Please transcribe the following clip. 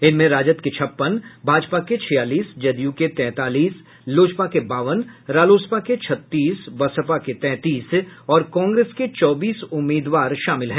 इनमें राजद के छप्पन भाजपा के छियालीस जदयू के तैंतालीस लोजपा के बावन रालोसपा के छत्तीस बसपा के तैंतीस और कांग्रेस के चौबीस उम्मीदवार शामिल हैं